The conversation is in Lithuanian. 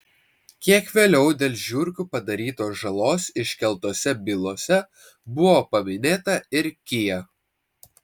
kiek vėliau dėl žiurkių padarytos žalos iškeltose bylose buvo paminėta ir kia